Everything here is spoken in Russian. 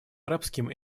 арабским